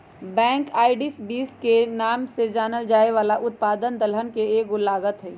black eyed beans के नाम से जानल जाये वाला उत्पाद दलहन के एगो लागत हई